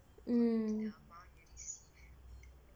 mm